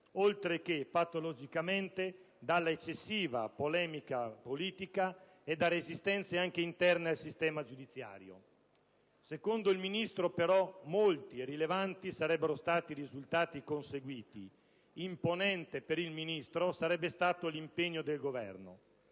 oltre che, patologicamente, dall'eccessiva polemica politica e da resistenze anche interne al sistema giudiziario. Secondo il Ministro, però, molti e rilevanti sarebbero stati i risultati conseguiti. Imponente, per il Ministro, sarebbe stato l'impegno del Governo.